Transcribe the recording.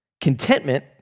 Contentment